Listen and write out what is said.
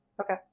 Okay